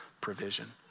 provision